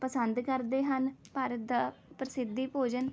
ਪਸੰਦ ਕਰਦੇ ਹਨ ਭਾਰਤ ਦਾ ਪ੍ਰਸਿੱਧ ਭੋਜਨ ਹੈ